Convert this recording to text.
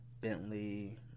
Bentley